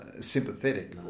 sympathetic